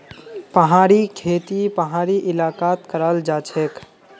पहाड़ी खेती पहाड़ी इलाकात कराल जाछेक